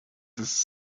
ist